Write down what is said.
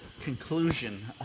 conclusion